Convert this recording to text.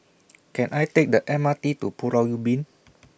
Can I Take The M R T to Pulau Ubin